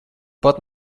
pat